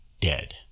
dead